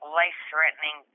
life-threatening